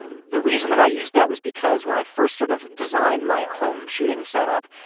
the reason that i used that was because when i first sort of design my home shooting setup,